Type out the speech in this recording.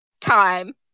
time